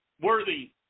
worthy